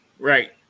Right